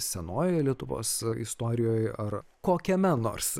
senojoje lietuvos istorijoj ar kokiame nors